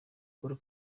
paul